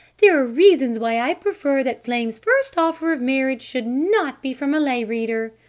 there are reasons. why i prefer that flame's first offer of marriage should not be from a lay reader.